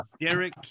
Derek